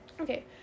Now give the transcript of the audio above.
Okay